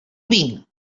vinc